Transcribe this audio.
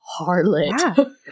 harlot